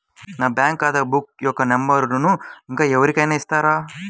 నా బ్యాంక్ ఖాతా బుక్ యొక్క నంబరును ఇంకా ఎవరి కైనా ఇస్తారా?